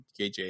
KJ